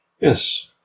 yes